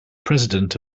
president